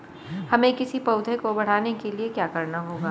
हमें किसी पौधे को बढ़ाने के लिये क्या करना होगा?